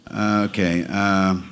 Okay